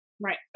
right